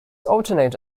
alternate